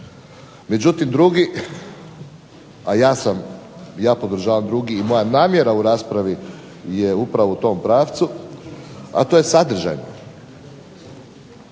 Međutim drugi, a ja podržavam drugi i moja namjera u raspravi je upravo u tom pravcu, a to je sadržajni.